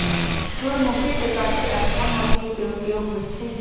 सूर्यमुखी के काटे ला कोंन मशीन के उपयोग होई छइ?